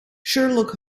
sherlock